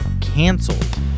canceled